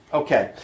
okay